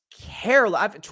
careless